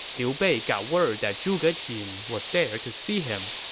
liu bei got word that zhuge jin was there to see him.